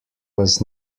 was